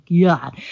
God